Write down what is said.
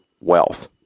wealth